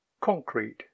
concrete